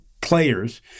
players